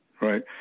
right